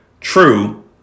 true